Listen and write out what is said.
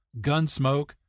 Gunsmoke